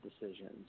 decisions